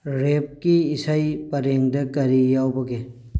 ꯔꯦꯞꯀꯤ ꯏꯁꯩ ꯄꯔꯦꯡꯗ ꯀꯔꯤ ꯌꯥꯎꯕꯒꯦ